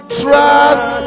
trust